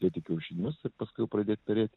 dėti kiaušinius ir paskui jau pradėt perėt